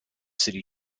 city